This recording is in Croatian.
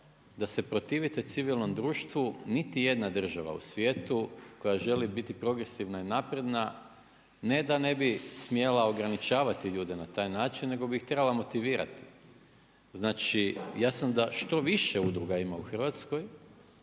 da se protivite civilnom društvu. Niti jedna država u svijetu koja želi biti progresivna i napredna ne da ne bi smjela ograničavati ljude na taj način nego bi ih trebala motivirati. Znači, ja sam da što više udruga ima u Hrvatskoj,